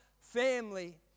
family